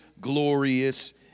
glorious